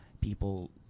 people